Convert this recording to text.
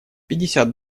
пятьдесят